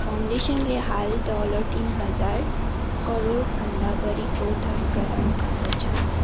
फाउन्डेसनले हाल डलर तिन हजार करोडभन्दा बढीको धन प्रदान गर्दछ